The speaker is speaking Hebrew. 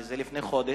זה לפני חודש.